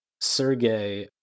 sergey